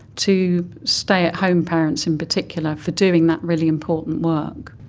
to stay-at-home parents in particular, for doing that really important work.